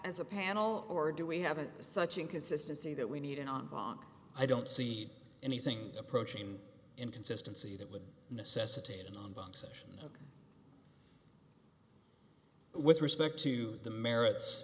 as a panel or do we have such inconsistency that we need in on wagner i don't see anything approaching inconsistency that would necessitate a non bank session with respect to the merits